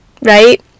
right